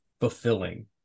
fulfilling